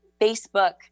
Facebook